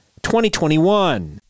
2021